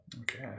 Okay